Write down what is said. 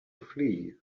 flee